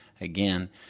Again